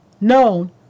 known